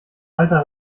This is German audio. alter